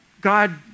God